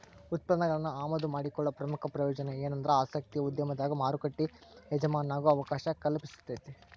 ಉತ್ಪನ್ನಗಳನ್ನ ಆಮದು ಮಾಡಿಕೊಳ್ಳೊ ಪ್ರಮುಖ ಪ್ರಯೋಜನ ಎನಂದ್ರ ಆಸಕ್ತಿಯ ಉದ್ಯಮದಾಗ ಮಾರುಕಟ್ಟಿ ಎಜಮಾನಾಗೊ ಅವಕಾಶ ಕಲ್ಪಿಸ್ತೆತಿ